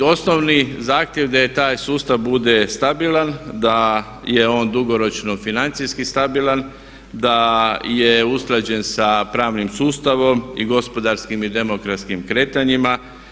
Uz osnovni zahtjev da taj sustav bude stabilan, da je on dugoročno financijski stabilan, da je usklađen sa pravnim sustavom i gospodarskim i demografskim kretanjima.